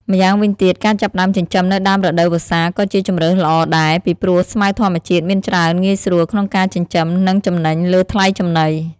ម្យ៉ាងវិញទៀត ការចាប់ផ្តើមចិញ្ចឹមនៅដើមរដូវវស្សាក៏ជាជម្រើសល្អដែរ ពីព្រោះស្មៅធម្មជាតិមានច្រើនងាយស្រួលក្នុងការចិញ្ចឹមនិងចំណេញលើថ្លៃចំណី។